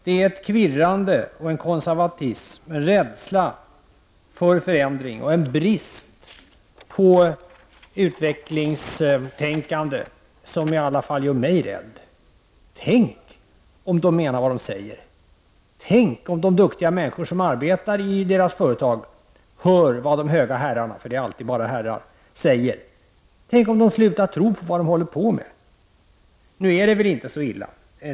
Det är ett kvirrande och en konservatism, en rädsla för förändring och en brist på utvecklingstänkande som i alla fall gör mig rädd. Tänk om de menar vad de säger! Tänk om de duktiga människor som arbetar i deras företag hör vad de höga herrarna — för det är alltid bara herrar — säger! Tänk om de slutar tro på vad de håller på med! Nu är det väl inte så illa.